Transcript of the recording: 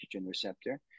receptor